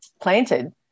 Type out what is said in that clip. planted